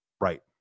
right